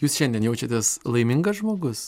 jūs šiandien jaučiatės laimingas žmogus